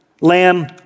lamb